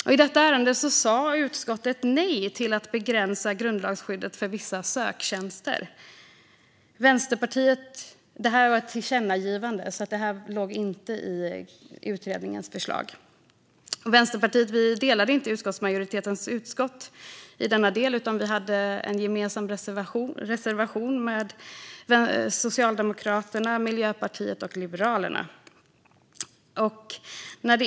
I detta ärende sa utskottet nej till att begränsa grundlagsskyddet för vissa söktjänster. Det var ett tillkännagivande och låg inte i utredningens förslag. Vänsterpartiet delade inte utskottsmajoritetens förslag i denna del, utan vi hade en gemensam reservation med Socialdemokraterna, Miljöpartiet och Liberalerna.